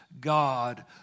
God